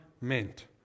meant